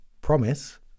promise